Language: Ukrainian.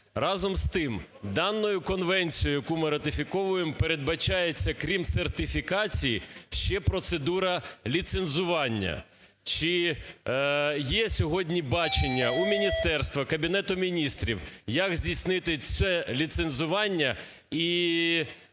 Разом з тим даною конвенцією яку ми ратифіковуємо, передбачається крім сертифікацій, ще процедура ліцензування. Чи є сьогодні бачення у міністерства, Кабінету Міністрів, як здійснити це ліцензування